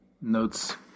notes